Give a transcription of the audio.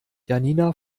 janina